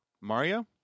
Mario